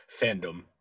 fandom